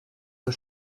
zur